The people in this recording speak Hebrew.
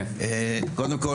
קודם כל,